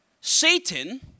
Satan